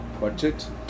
budget